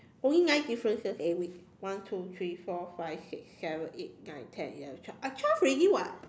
only nine differences eh wait one two three four five six seven eight nine ten eleven twelve I twelve already [what]